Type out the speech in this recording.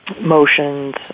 motions